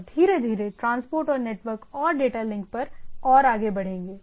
और धीरे धीरे ट्रांसपोर्ट और नेटवर्क और डेटा लिंक पर और आगे बढ़ेंगे